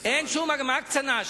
מה ההקצנה?